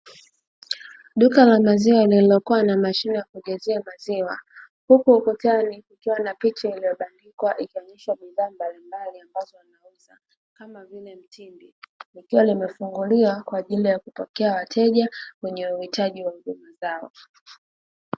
Duka la maziwa lilikuwa na mashine ya kujazia maziwa, huku ukutani kukiwa na picha iliyobandikwa ikionyesha bidhaa mbalimbali ambazo zinauzwa kama vile mtindi, likiwa limefunguliwa kwa ajili ya kupokea wateja wenye uhitaji.